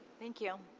thank you.